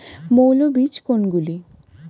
মৌল বীজ কোনগুলি?